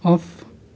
off